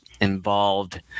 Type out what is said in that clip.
involved